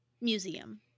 museum